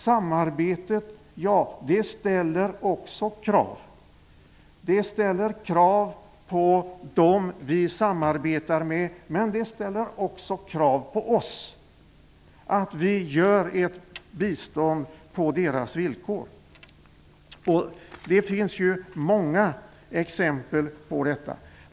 Samarbetet ställer krav, på dem som vi samarbetar med men också på oss, på att vi gör ett bistånd på deras villkor. Det finns ju många exempel på detta.